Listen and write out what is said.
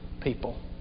people